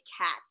cats